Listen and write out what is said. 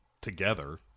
together